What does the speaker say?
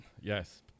Yes